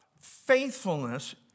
Faithfulness